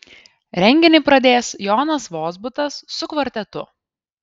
renginį pradės jonas vozbutas su kvartetu